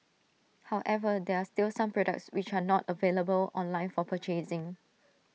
however there are still some products which are not available online for purchasing